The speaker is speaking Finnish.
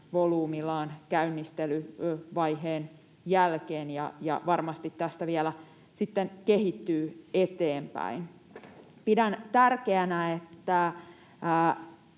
volyymillaan käynnistelyvaiheen jälkeen ja varmasti tästä vielä kehittyy eteenpäin. Pidän tärkeänä, että